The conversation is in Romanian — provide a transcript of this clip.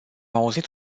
auzit